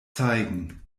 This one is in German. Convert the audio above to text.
zeigen